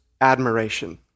admiration